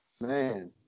man